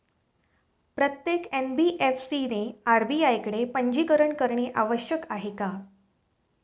प्रत्येक एन.बी.एफ.सी ने आर.बी.आय कडे पंजीकरण करणे आवश्यक आहे का?